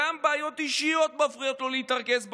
גם בעיות אישיות מפריעות לו להתרכז באימון,